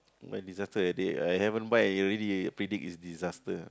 disaster already I haven't buy you already predict it's disaster